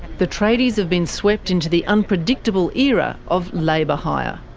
the tradies have been swept into the unpredictable era of labour hire.